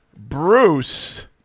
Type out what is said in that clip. Bruce